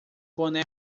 boné